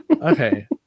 okay